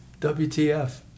WTF